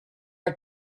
are